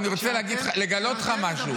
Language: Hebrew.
אני רוצה לגלות לך משהו.